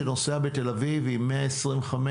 שנוסע בתל אביב עם 125,